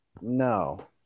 no